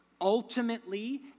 ultimately